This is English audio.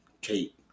Kate